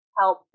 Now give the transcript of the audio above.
help